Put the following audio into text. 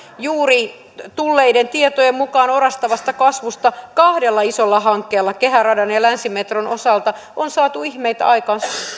juuri tulleiden tietojen mukaan orastavasta kasvusta kahdella isolla hankkeella kehäradan ja länsimetron osalta on saatu ihmeitä aikaan